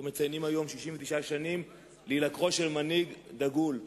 אנו מציינים היום 69 שנים להילקחו של מנהיג דגול,